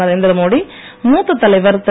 நரேந்திர மோடி மூத்த தலைவர் திரு